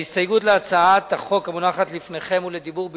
ההסתייגות להצעת החוק המונחת לפניכם היא לדיבור בלבד,